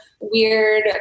weird